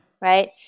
Right